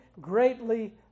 greatly